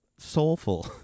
soulful